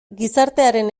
gizartearen